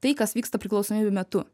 tai kas vyksta priklausomybių metu